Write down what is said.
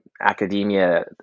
academia